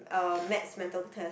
um maths mental test